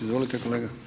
Izvolite kolega.